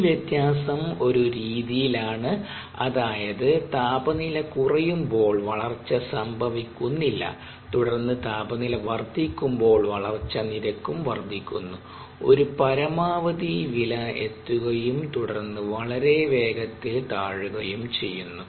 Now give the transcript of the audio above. ഈ വ്യത്യാസം ഒരു രീതിയിൽ ആണ് അതായത്താപനില കുറയുമ്പോൾ വളർച്ച സംഭവിക്കുന്നില്ല തുടർന്ന് താപനില വർദ്ധിക്കുമ്പോൾ വളർച്ച നിരക്കും വർദ്ധിക്കുന്നു ഒരു പരമാവധി വില എത്തുകയും തുടർന്ന് വളരെ വേഗത്തിൽ താഴുകയും ചെയ്യുന്നു